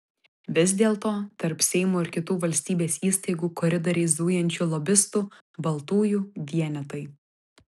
vis dėlto tarp seimo ir kitų valstybės įstaigų koridoriais zujančių lobistų baltųjų vienetai